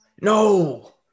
No